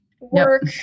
Work